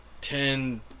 ten